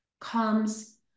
comes